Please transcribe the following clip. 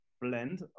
blend